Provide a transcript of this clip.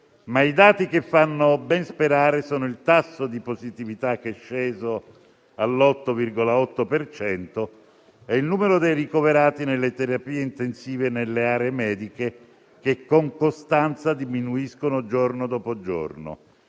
ma i dati che fanno ben sperare sono il tasso di positività, che è sceso all'8,8 per cento, e il numero dei ricoverati nelle terapie intensive e nelle aree mediche, che con costanza diminuiscono giorno dopo giorno: